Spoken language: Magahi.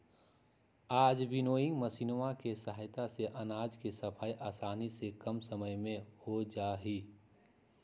आज विन्नोइंग मशीनवा के सहायता से अनाज के सफाई आसानी से कम समय में हो जाहई